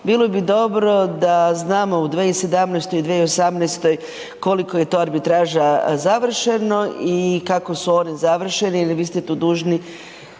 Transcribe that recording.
bilo bi dobro da znamo u 2017. i 2018. koliko je to arbitraža završeno i kako su oni završeni jel vi ste tu dužni